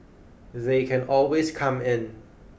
they can always come in